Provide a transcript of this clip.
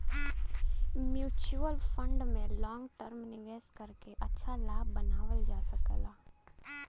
mutual fund में long term निवेश करके अच्छा लाभ बनावल जा सकला